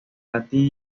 latín